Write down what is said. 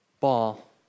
ball